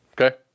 Okay